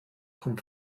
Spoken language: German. vom